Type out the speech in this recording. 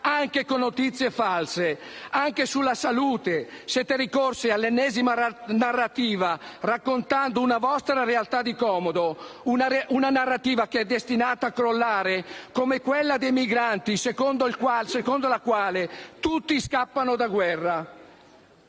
anche con notizie false. Anche sulla salute siete ricorsi all'ennesima narrativa raccontando una vostra realtà di comodo; una narrativa destinata a crollare come quella dei migranti, secondo la quale tutti scappano dalle guerre.